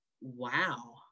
wow